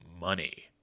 money